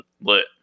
Lit